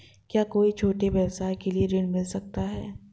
क्या कोई छोटे व्यवसाय के लिए ऋण मिल सकता है?